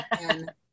And-